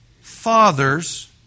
father's